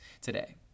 today